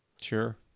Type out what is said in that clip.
Sure